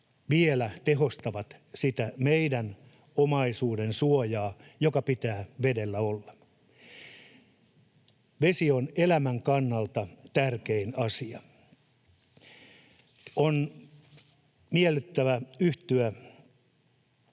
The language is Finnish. vielä tehostavat sitä omaisuudensuojaa, joka pitää vedellä olla. Vesi on elämän kannalta tärkein asia. On miellyttävä yhtyä